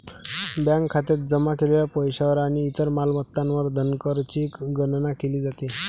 bank खात्यात जमा केलेल्या पैशावर आणि इतर मालमत्तांवर धनकरची गणना केली जाते